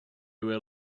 were